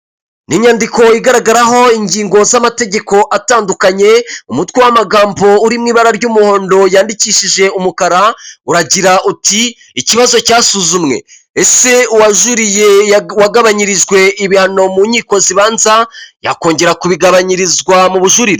Ni inyandiko igaragaraho ingingo z'amategeko atandukanye, umutwe w'amagambo uri mu ibara ry'umuhondo yandikishije umukara uragira uti "ikibazo cyasuzumwe. Ese uwajuririye wagabanyirijwe ibihano mu nkiko zibanza, yakongera kubigabanyirizwa mu bujurire? "